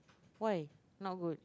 why not good